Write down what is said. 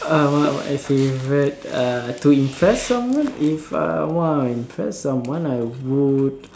err as in uh to impress someone if I want impress someone I would